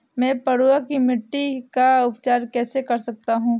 मैं पडुआ की मिट्टी का उपचार कैसे कर सकता हूँ?